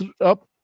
up